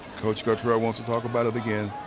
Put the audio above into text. coach coach but wants to talk about it again.